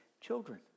children